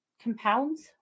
compounds